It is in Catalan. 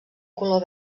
color